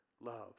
love